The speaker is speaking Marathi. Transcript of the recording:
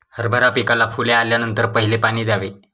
हरभरा पिकाला फुले आल्यानंतर पहिले पाणी द्यावे